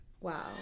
Wow